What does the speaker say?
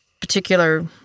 particular